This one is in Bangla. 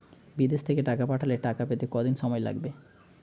বিদেশ থেকে টাকা পাঠালে টাকা পেতে কদিন সময় লাগবে?